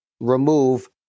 remove